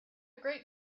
great